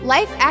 Life